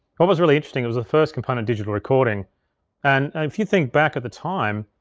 what was really interesting, it was the first component digital recording and if you think back at the time,